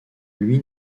lui